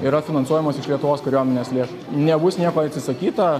yra finansuojamos iš lietuvos kariuomenės lėšų nebus nieko atsisakyta